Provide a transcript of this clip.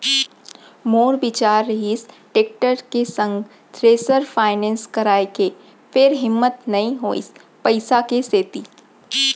मोर बिचार रिहिस टेक्टर के संग थेरेसर फायनेंस कराय के फेर हिम्मत नइ होइस पइसा के सेती